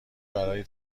برای